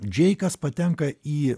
džeikas patenka į